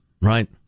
right